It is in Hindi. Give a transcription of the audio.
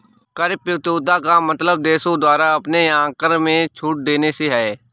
कर प्रतियोगिता का मतलब देशों द्वारा अपने यहाँ कर में छूट देने से है